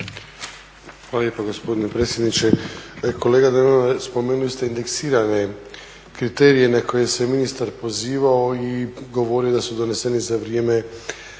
lijepo gospodine predsjedniče. Kolega Denona spomenuli ste indeksirane kriterije na koje se ministar pozivao i govorio da su donesene za vrijeme